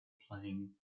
playing